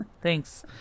thanks